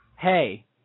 Hey